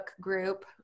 group